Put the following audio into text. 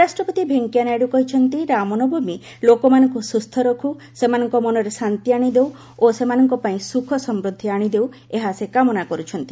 ଉପରାଷ୍ଟ୍ରପତି ଭେଙ୍କିୟାନାଇଡୁ କହିଛନ୍ତି ରାମନବମୀ ଲୋକମାନଙ୍କୁ ସୁସ୍ଥ ରଖୁ ସେମାନଙ୍କ ମନରେ ଶାନ୍ତି ଆଶିଦେଉ ଓ ସେମାନଙ୍କ ପାଇଁ ସୁଖ ସମୃଦ୍ଧି ଆଣିଦେଉ ଏହା ସେ କାମନା କରୁଛନ୍ତି